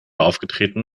aufgetreten